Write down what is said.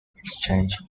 exchange